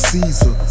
Caesar